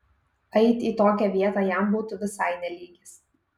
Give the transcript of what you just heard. eit į tokią vietą jam būtų visai ne lygis